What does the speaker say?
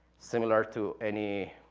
similar to any